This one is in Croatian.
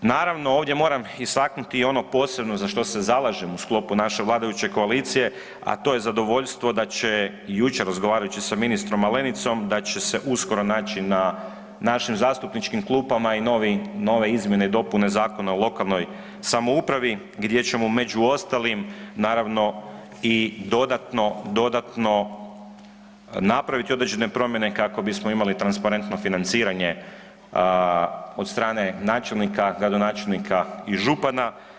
Naravno, ovdje moram istaknuti i ono posebno za što se zalažem u sklopu naše vladajuće koalicije, a to je zadovoljstvo da će, jučer razgovarajući sa ministrom Malenicom da će se uskoro naći na našim zastupničkim klupama i novi, nove izmjene i dopune Zakona o lokalnoj samoupravi gdje ćemo među ostalim naravno i dodatno, dodatno napraviti određene promjene kako bismo imali transparentno financiranje od strane načelnika, gradonačelnika i župana.